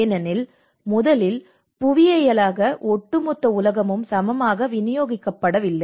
ஏனெனில் முதலில் புவியியலாக ஒட்டுமொத்த உலகமும் சமமாக விநியோகிக்கப்படவில்லை